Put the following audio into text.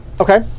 Okay